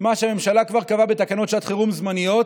מה שהממשלה כבר קבעה בתקנות שעת חירום זמניות.